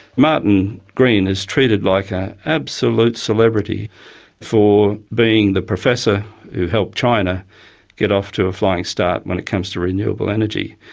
martin green is treated like an absolute celebrity for being the professor who helped china get off to a flying start when it comes to renewable energy.